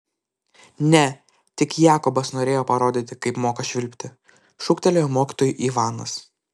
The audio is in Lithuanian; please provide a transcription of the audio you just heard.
ne tik jakobas norėjo parodyti kaip moka švilpti šūktelėjo mokytojui ivanas